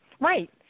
Right